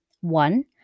One